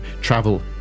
travel